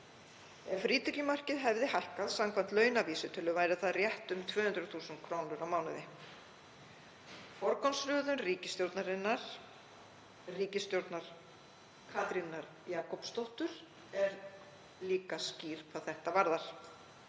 Ef frítekjumarkið hefði hækkað samkvæmt launavísitölu væri það rétt um 200.000 kr. á mánuði. Forgangsröðun ríkisstjórnarinnar, ríkisstjórnar Katrínar Jakobsdóttur, er líka skýr hvað þetta varðar.